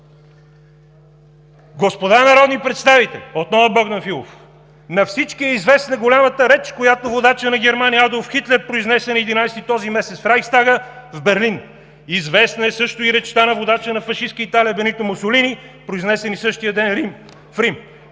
„Господа народни представители, на всички е известна голямата реч, която водачът на Германия Адолф Хитлер произнесе на 11-и този месец в Райхстага в Берлин. Известна е също и речта на водача на фашистка Италия Бенито Мусолини, произнесена същия ден в Рим.